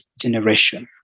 generation